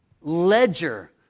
ledger